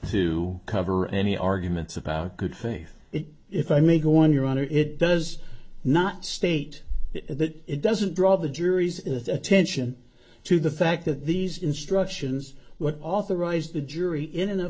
to cover any arguments about good faith it if i may go on your honor it does not state that it doesn't draw the jury's attention to the fact that these instructions what authorized the jury in